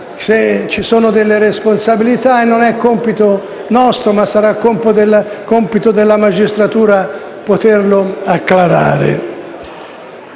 se ci sono delle responsabilità, e non è compito nostro, ma sarà compito della magistratura poterlo acclarare.